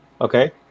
Okay